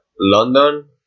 London